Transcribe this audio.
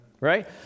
Right